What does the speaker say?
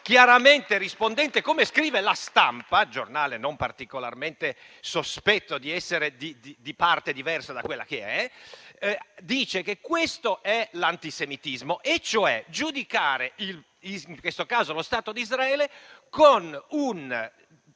Quanto al contenuto, scrive «La Stampa» - giornale non particolarmente sospetto di essere di parte diversa da quella che è - che questo è l'antisemitismo, ossia giudicare in questo caso lo Stato d'Israele con un